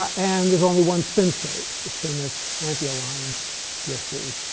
and there's only one spin state. the spin that's anti-aligned with the